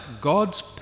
God's